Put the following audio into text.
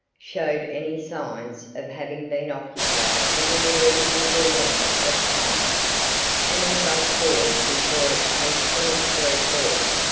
showed any signs of having been occupied within a reasonable length of time and as i paused before its hastily spread bed,